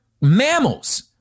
mammals